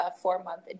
four-month